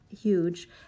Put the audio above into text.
huge